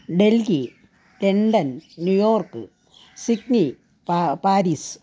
Delhi London New York Sydney Paris